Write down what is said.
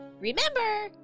Remember